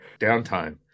downtime